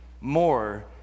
more